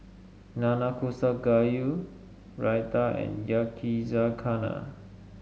Nanakusa Gayu Raita and Yakizakana